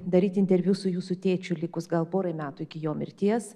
daryti interviu su jūsų tėčiu likus gal porai metų iki jo mirties